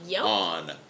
on